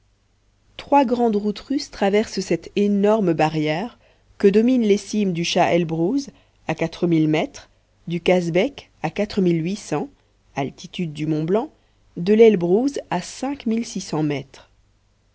trois grandes routes russes traversent cette énorme barrière que dominent les cimes du chat elbrouz à quatre mille mètres du kazbek à quatre mille huit cents altitude du mont blanc de l'elbrouz à